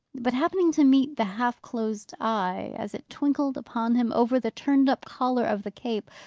but, happening to meet the half-closed eye, as it twinkled upon him over the turned-up collar of the cape,